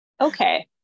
okay